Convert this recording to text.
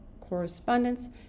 correspondence